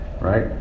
Right